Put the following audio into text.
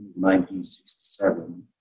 1967